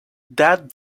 that